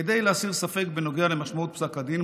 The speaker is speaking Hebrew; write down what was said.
כדי להסיר ספק בנוגע למשמעות פסק הדין,